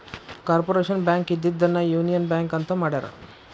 corporation bank ಇದ್ದಿದ್ದನ್ನ union bank ಅಂತ ಮಾಡ್ಯಾರ